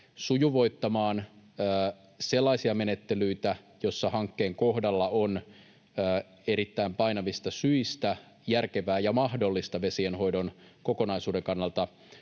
sujuvoittamaan sellaisia menettelyitä, joissa hankkeen kohdalla on erittäin painavista syistä järkevää ja mahdollista vesienhoidon kokonaisuuden kannalta